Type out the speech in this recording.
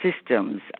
systems